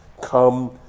Come